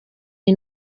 iyi